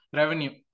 revenue